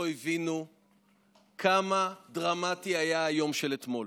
הבינו כמה דרמטי היה היום של אתמול.